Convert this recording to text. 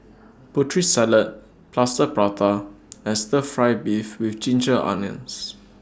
Putri Salad Plaster Prata and Stir Fry Beef with Ginger Onions